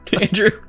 Andrew